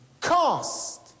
cost